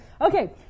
Okay